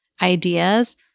ideas